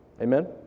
Amen